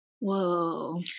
whoa